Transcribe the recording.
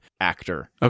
actor